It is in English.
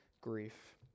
grief